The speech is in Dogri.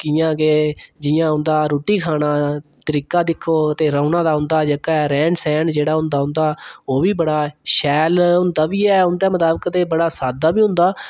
कि'यां के जि'यां उंदा रुट्टी खाना दा तरीका दिक्खो ते रोहने दा जेह्का उं'दा रैह्न सैह्न उ'दां ओह्बी बडा शैल होंदा बी ऐह् उं'दे मताबक ते बड़ा साद्दा' बी होंदा